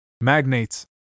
magnates